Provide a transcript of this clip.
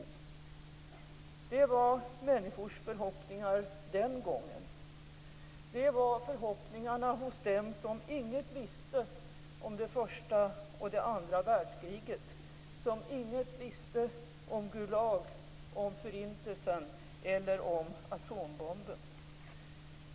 Det var människors förhoppningar den gången. Det var förhoppningarna hos dem som ingenting visste om det första och det andra världskriget, som ingenting visste om Gulag och om Förintelsen eller om atombomben.